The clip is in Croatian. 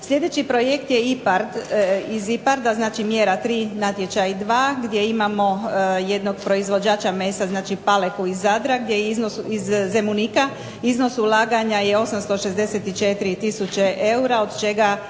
Sljedeći projekt je IPARD, mjera 3. natječaj 2. gdje imamo jednog proizvođača mesa, znači Faleku iz Zadra, iz Zemunika iznos ulaganja je 864 tisuće eura od čega